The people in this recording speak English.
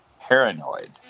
Paranoid